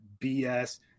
BS